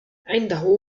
عنده